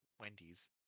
Wendy's